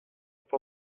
può